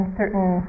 certain